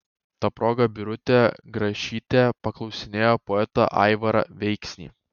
ta proga birutė grašytė paklausinėjo poetą aivarą veiknį